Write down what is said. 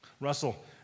Russell